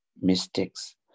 mistakes